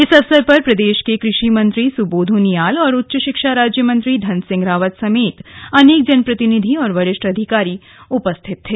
इस दौरान प्रदेश के कृषि मंत्री सुबोध उनियाल और उच्च शिक्षा राज्य मंत्री धन सिंह रावत समेत अनेक जनप्रतिनिधि और बरिष्ठ अधिकारी उपस्थित थे